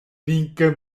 ricca